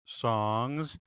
songs